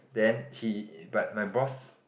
then he but my boss